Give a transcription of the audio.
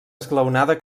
esglaonada